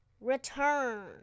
Return